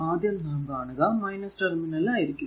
ആദ്യം നാം കാണുക ടെർമിനൽ ആയിരിക്കും